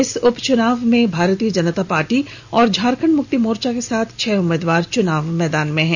इस उपचुनाव में भारतीय जनता पार्टी और झारखंड मुक्ति मोर्चा के साथ छह उम्मीदवार चुनाव मैदान में हैं